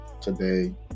today